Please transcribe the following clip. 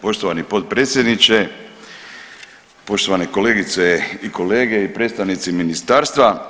Poštovani potpredsjedniče, poštovane kolegice i kolege i predstavnici ministarstva.